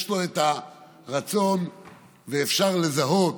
יש לו הרצון ואפשר לזהות